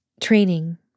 Training